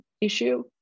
issue